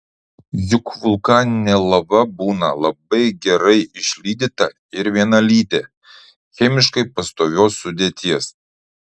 juk vulkaninė lava būna labai gerai išlydyta ir vienalytė chemiškai pastovios sudėties